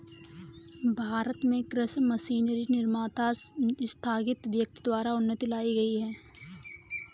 भारत में कृषि मशीनरी निर्माता स्थगित व्यक्ति द्वारा उन्नति लाई गई है